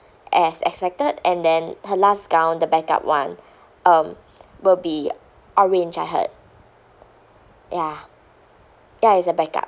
as expected and then her last gown the backup [one] um will be orange I heard ya ya it's a backup